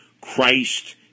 Christ